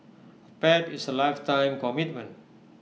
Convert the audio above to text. A pet is A lifetime commitment